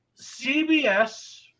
CBS